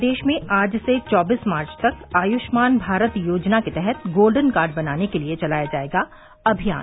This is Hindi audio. प्रदेश में आज से चौबीस मार्च तक आयुष्मान भारत योजना के तहत गोल्डन कार्ड बनाने के लिए चलाया जायेगा अभियान